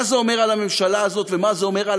מה זה אומר על הממשלה הזאת ומה זה אומר על